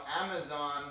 Amazon